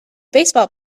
baseball